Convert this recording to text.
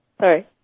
Sorry